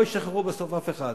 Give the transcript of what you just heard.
בסוף לא ישחררו אף אחד.